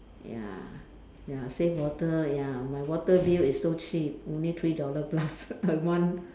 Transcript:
ya ya save water ya my water bill is so cheap only three dollar plus a month